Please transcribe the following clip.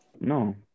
No